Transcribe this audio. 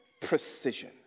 precision